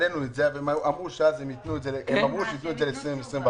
העלינו את זה והם אמרו שהם יתנו את זה ל-2021,